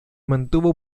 mantuvo